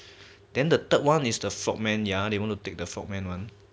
then the third one is the frog men ya they wanted to take the frog men one